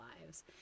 lives